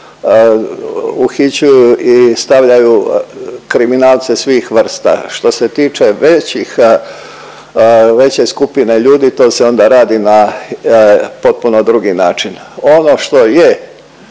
uhićuju i stavljaju kriminalce svih vrsta. Što se tiče većih, veće skupine ljudi to se onda radi na potpuno drugi način. Ono što je